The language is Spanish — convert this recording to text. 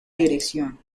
dirección